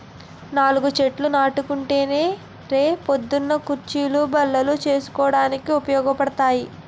నాలుగు చెట్లు నాటుకుంటే రే పొద్దున్న కుచ్చీలు, బల్లలు చేసుకోడానికి ఉపయోగపడతాయి